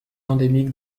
endémique